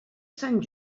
sant